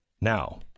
Now